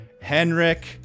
Henrik